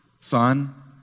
son